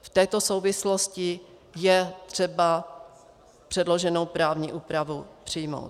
V této souvislosti je třeba předloženou právní úpravu přijmout.